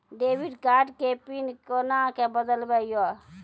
Debit card के PIN कोना के बदलबै यो?